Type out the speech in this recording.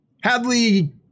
Hadley